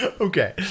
Okay